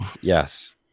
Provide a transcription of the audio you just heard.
Yes